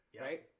right